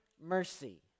mercy